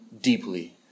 Deeply